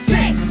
Six